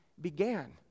began